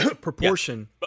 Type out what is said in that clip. proportion